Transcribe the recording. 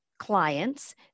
clients